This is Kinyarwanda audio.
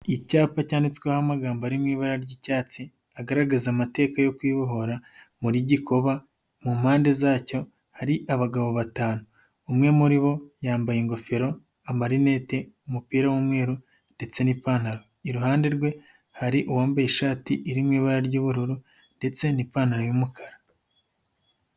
Icyapa cyanditsweho amagambo ari mu ibara ry'icyatsi, agaragaza amateka yo kwibohora muri Gikoba mu mpande zacyo hari abagabo batanu, umwe muri bo yambaye ingofero, amarinete, umupira w'umweru ndetse n'ipantaro, iruhande rwe hari uwambaye ishati iri mu ibara ry'ubururu ndetse n'ipantaro y'umukara.